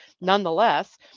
Nonetheless